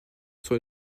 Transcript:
sont